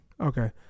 Okay